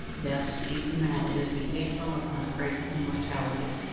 yes, even now it is the april of my great immortality.